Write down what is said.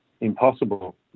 impossible